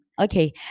Okay